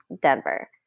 Denver